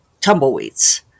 tumbleweeds